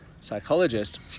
psychologist